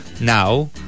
Now